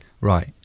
Right